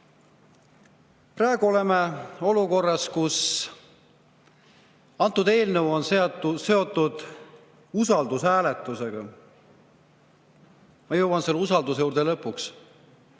Praegu oleme olukorras, kus see eelnõu on seotud usaldushääletusega. Ma jõuan selle usalduse juurde lõpuks.